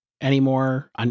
anymore